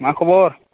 मा खबर